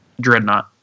Dreadnought